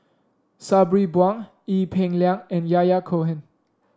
Sabri Buang Ee Peng Liang and Yahya Cohen